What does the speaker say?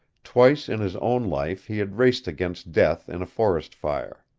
twice in his own life he had raced against death in a forest fire.